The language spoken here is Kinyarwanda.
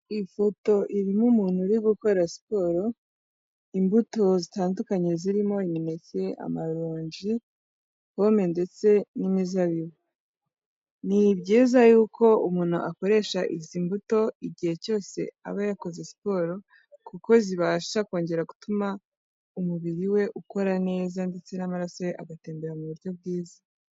Ifoto irimo umuntu uri gukora siporo, imbuto zitandukanye zirimo imineke, amaronji, pome ndetse n'imizabibu. Ni byiza yuko umuntu akoresha izi mbuto igihe cyose aba yakoze siporo, kuko zibasha kongera gutuma umubiri we ukora neza ndetse n'amaraso ye agatembera mu buryo bwiza.